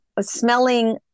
smelling